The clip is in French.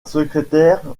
secrétaire